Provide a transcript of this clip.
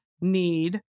need